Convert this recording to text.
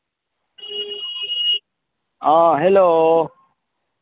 हँ हेलो